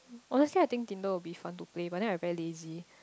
honestly I think Tinder will be fun to play but then I very lazy